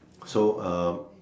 so